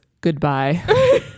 goodbye